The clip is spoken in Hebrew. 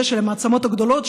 זה המעצמות הגדולות,